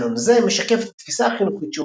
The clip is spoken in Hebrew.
תקנון זה משקף את התפיסה החינוכית